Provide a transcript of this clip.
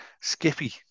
Skippy